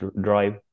drive